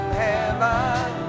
heaven